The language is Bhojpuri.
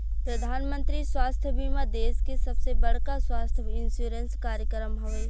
प्रधानमंत्री स्वास्थ्य बीमा देश के सबसे बड़का स्वास्थ्य इंश्योरेंस कार्यक्रम हवे